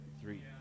three